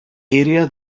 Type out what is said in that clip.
area